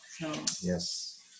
yes